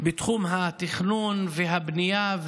בתחום התכנון והבנייה.